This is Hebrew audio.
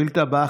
השאילתה הבאה,